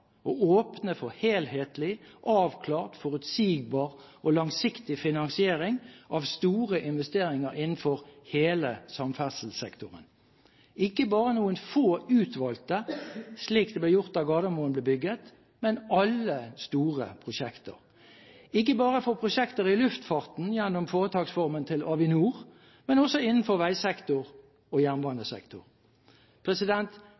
og åpne for helhetlig, avklart, forutsigbar og langsiktig finansiering av store investeringer innenfor hele samferdselssektoren – ikke bare noen få utvalgte, slik det ble gjort da Gardermoen ble bygget, men alle store prosjekter, og ikke bare for prosjekter i luftfarten gjennom foretaksformen til Avinor, men også innenfor veisektor og